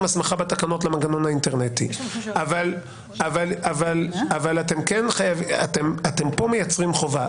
הסמכה בתקנות למנגנון האינטרנטי אבל אתם פה מייצרים חובה.